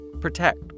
Protect